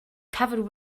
covered